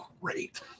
great